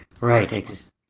Right